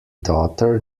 daughter